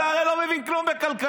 אתה הרי לא מבין כלום בכלכלה.